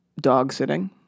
dog-sitting